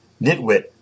Nitwit